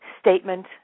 statement